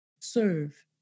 serve